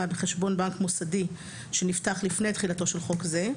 בחשבון בנק מוסדי שנפתח לפני תחילתו של חוק זה,